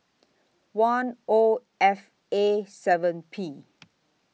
one O F A seven P